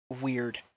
weird